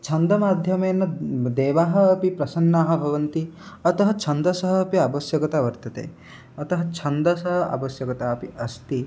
छान्दमाध्यमेन देवाः अपि प्रसन्नाःभवन्ति अतः छान्दसः अपि आवश्यकता वर्तते अतः छान्दसः आवश्यकता अपि अस्ति